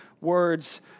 words